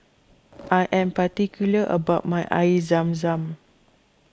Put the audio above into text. I am particular about my Air Zam Zam